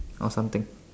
or something